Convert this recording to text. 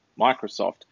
Microsoft